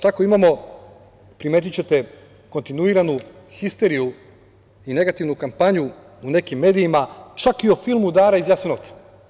Tako imamo, primetićete, kontinuiranu histeriju i negativnu kampanju u nekim medijima čak i o filmu „Dara iz Jasenovca“